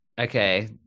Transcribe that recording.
okay